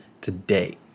today